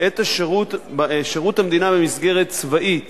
את שירות המדינה במסגרת צבאית